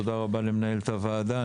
תודה רבה למנהלת הוועדה.